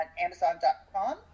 Amazon.com